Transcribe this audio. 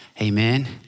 Amen